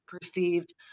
perceived